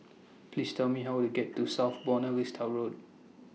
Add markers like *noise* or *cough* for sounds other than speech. Please Tell Me How Would get to *noise* South Buona Vista Road